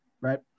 right